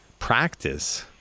Practice